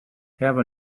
have